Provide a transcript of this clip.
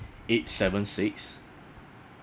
eight seven six